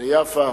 ליפה,